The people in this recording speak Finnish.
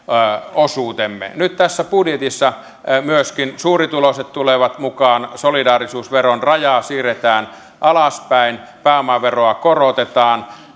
osuutemme nyt tässä budjetissa myöskin suurituloiset tulevat mukaan solidaarisuusveron rajaa siirretään alaspäin pääomaveroa korotetaan